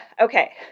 okay